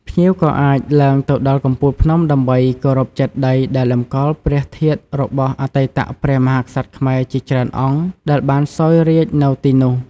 ភ្ញៀវក៏អាចឡើងទៅដល់កំពូលភ្នំដើម្បីគោរពចេតិយដែលតម្កល់ព្រះធាតុរបស់អតីតព្រះមហាក្សត្រខ្មែរជាច្រើនអង្គដែលបានសោយរាជ្យនៅទីនោះ។